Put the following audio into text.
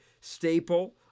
staple